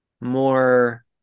more